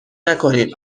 نکنین